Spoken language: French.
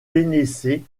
tennessee